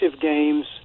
games